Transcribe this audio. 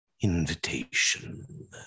invitation